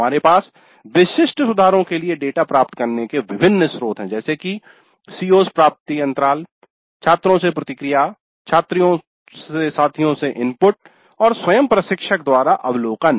हमारे पास विशिष्ट सुधारों के लिए डेटा प्राप्त करने के विभिन्न स्रोत हैं जैसे की "CO's प्राप्ति" अंतराल छात्रों से प्रतिक्रिया साथियों से इनपुट इनपुट input और स्वयं प्रशिक्षक द्वारा अवलोकन